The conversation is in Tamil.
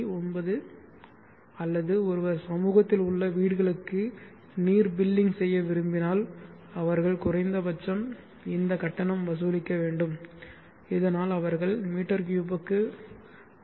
9 அல்லது ஒருவர் சமூகத்தில் உள்ள வீடுகளுக்கு நீர் பில்லிங் செய்ய விரும்பினால் அவர்கள் குறைந்தபட்சம் இந்த கட்டணம் வசூலிக்க வேண்டும் இதனால் அவர்கள் மீ 3 க்கு ரூ